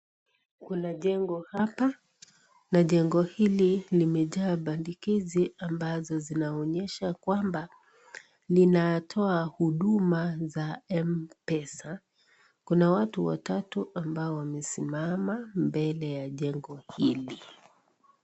Kuna jengo hapa na jengo hili limejaa bandikizi ambazo zinaonyesha kwamba ninatoa huduma za M-pesa kuna watu watatu ambao wamesimama mbele ya jengo hili.